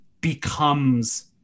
becomes